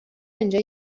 اینجا